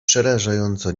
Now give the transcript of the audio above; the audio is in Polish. przerażająco